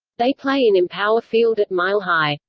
they play in empower field at mile high.